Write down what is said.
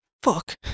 fuck